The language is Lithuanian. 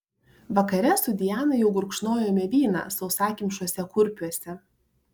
vakare su diana jau gurkšnojome vyną sausakimšuose kurpiuose